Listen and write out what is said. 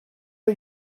are